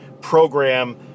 program